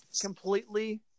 completely